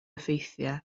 effeithiau